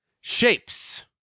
Shapes